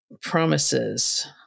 Promises